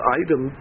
item